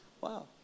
Wow